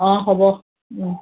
অঁ হ'ব